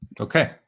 Okay